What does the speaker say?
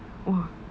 !wah!